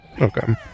Okay